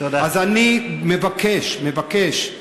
אז אני מבקש, מבקש,